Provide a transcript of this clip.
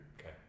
Okay